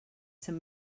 some